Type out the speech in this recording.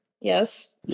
Yes